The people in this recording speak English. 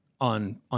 on